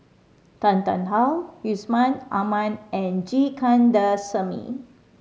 Tan Tarn How Yusman Aman and G Kandasamy